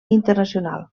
internacional